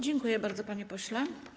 Dziękuję bardzo, panie pośle.